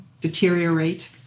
deteriorate